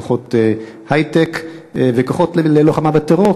כוחות היי-טק וכוחות ללוחמה בטרור,